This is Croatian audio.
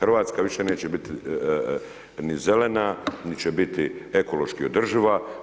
Hrvatska više neće biti ni zelena, niti će biti ekološki održiva.